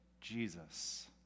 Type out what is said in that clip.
Jesus